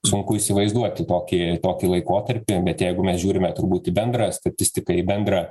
sunku įsivaizduoti tokį tokį laikotarpį bet jeigu mes žiūrime turbūt į bendrą statistiką į bendrą